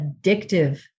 addictive